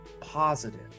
positive